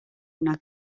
una